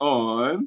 on